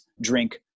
drink